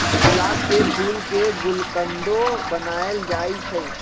गुलाब के फूल के गुलकंदो बनाएल जाई छई